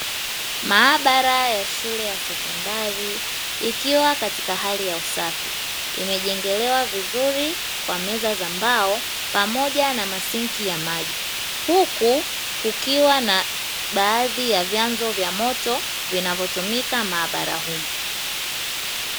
Maabara ya shule ya sekondari ikiwa katika hali ya usafi imejengelewa vizuri kwa meza za mbao pamoja na masinki ya maji. Huku kukiwa na baadhi ya vyanzo vya moto vinavyotumika maabara humo.